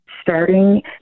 Starting